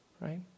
Right